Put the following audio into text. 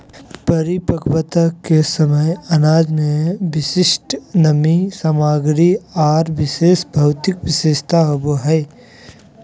परिपक्वता के समय अनाज में विशिष्ट नमी सामग्री आर विशेष भौतिक विशेषता होबो हइ